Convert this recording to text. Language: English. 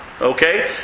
Okay